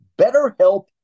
BetterHelp